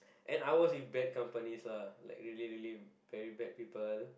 and I was in bad companies lah like really really very bad people